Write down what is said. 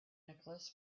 nicholas